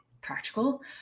practical